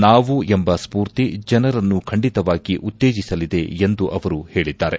ನಾವು ಎಂಬ ಸ್ಕೂರ್ತಿ ಜನರನ್ನು ಖಂಡಿತವಾಗಿ ಉತ್ತೇಜಿಸಲಿದೆ ಎಂದು ಅವರು ಹೇಳಿದ್ದಾರೆ